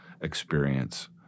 experience